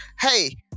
hey